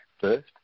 first